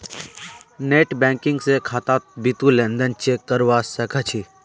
net banking स खातात बितु लेन देन चेक करवा सख छि